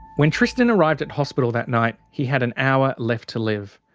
when tristan arrived at hospital that night, he had an hour left to live.